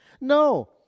No